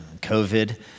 COVID